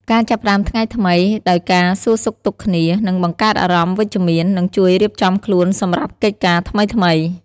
ការចាប់ផ្ដើមថ្ងៃថ្មីដោយការសួរសុខទុក្ខគ្នា នឹងបង្កើតអារម្មណ៍វិជ្ជមាន និងជួយរៀបចំខ្លួនសម្រាប់កិច្ចការថ្មីៗ។